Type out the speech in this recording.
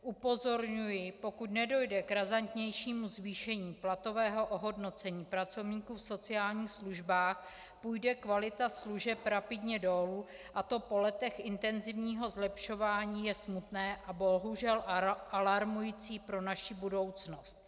Upozorňuji, že pokud nedojde k razantnějšímu zvýšení platového ohodnocení pracovníků v sociálních službách, půjde kvalita služeb rapidně dolů, a to po letech intenzivního zlepšování je smutné a bohužel alarmující pro naši budoucnost.